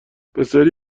بسیاری